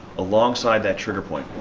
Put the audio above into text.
alongside that trigger point.